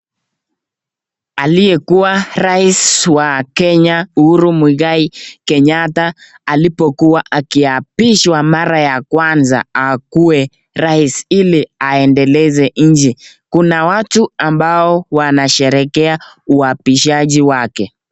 Aliyekuwa rais wa Kenya Uhuru muigai Kenyatta alipokuwa akiabishwa mara ya kwanza akue rais, hili aendeleze nchi, kuna watu ambao wanasherekea uwabishaji wake.